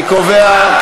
אני קובע,